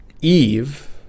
Eve